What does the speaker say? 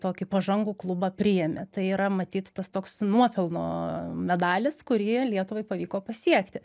tokį pažangų klubą priėmė tai yra matyt tas toks nuopelno medalis kurį lietuvai pavyko pasiekti